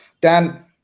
dan